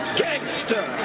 gangster